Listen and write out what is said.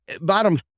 Bottom